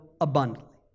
abundantly